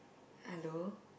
hello